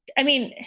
i mean,